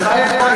בחייך,